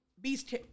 beast